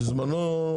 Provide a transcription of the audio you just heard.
בזמנו,